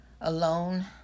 alone